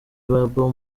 babo